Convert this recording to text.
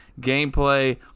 Gameplay